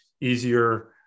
easier